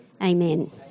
amen